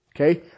Okay